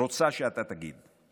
רוצה שאתה תגיד.